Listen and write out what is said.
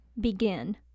begin